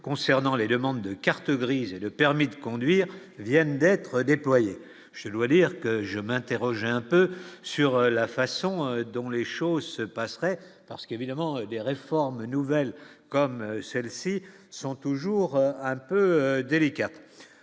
concernant les demandes de carte grise et le permis de conduire, viennent d'être déployés, je dois dire que je m'interrogeais un peu sur la façon dont les choses se passeraient parce qu'évidemment des réformes nouvelles comme celle-ci sont toujours un peu délicat,